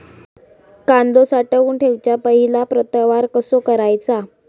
कांदो साठवून ठेवुच्या पहिला प्रतवार कसो करायचा?